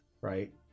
right